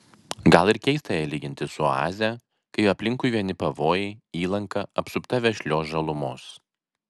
gal ir keista ją lyginti su oaze kai aplinkui vieni pavojai įlanka apsupta vešlios žalumos